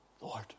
Lord